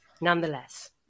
nonetheless